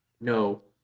No